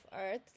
Earth